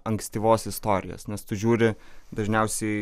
ankstyvos istorijos nes tu žiūri dažniausiai